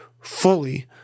fully